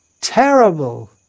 terrible